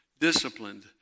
disciplined